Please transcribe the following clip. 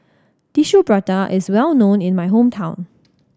Tissue Prata is well known in my hometown